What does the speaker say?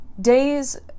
days